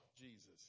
Jesus